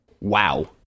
Wow